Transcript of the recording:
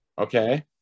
Okay